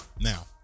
Now